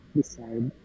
decide